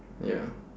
ya